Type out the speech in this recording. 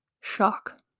Shock